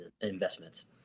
investments